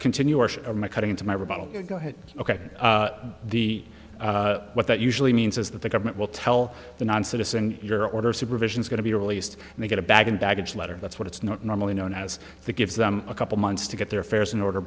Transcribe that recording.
continue my cutting into my rebuttal ok the what that usually means is that the government will tell the non citizen your order supervision is going to be released and they get a bag and baggage letter that's what it's not normally known as that gives them a couple months to get their affairs in order